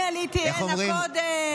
כשאני עליתי הנה קודם, איך אומרים?